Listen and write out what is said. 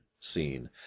scene